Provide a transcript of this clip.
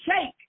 shake